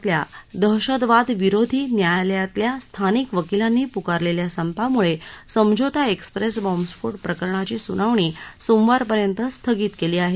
हरियाणा बिल्या पंचकुलातल्या दहशतवाद विरोधी न्यायालयातल्या स्थानिक वकिलांनी पुकारलेल्या संपामुळे समझौता एक्सप्रेस बॅम्ब स्फो प्रकरणाची सुनावणी सोमवारपर्यंत स्थगित केली आहे